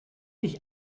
dich